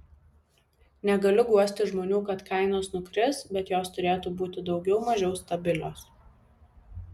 negaliu guosti žmonių kad kainos nukris bet jos turėtų būti daugiau mažiau stabilios